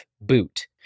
boot